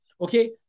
Okay